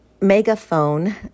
megaphone